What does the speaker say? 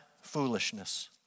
foolishness